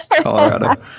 Colorado